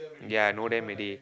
ya I know them already